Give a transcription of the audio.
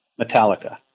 Metallica